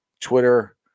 Twitter